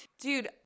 dude